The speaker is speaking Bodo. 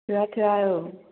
थोआ थोआ औ